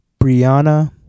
Brianna